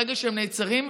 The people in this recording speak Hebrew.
ברגע שהם נעצרים,